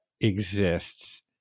exists